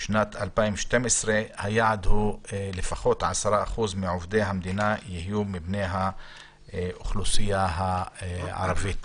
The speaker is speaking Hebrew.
2012 היעד הוא שלפחות 10% מעובדי המדינה יהיו מבני האוכלוסייה הערבית.